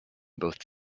both